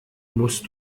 musst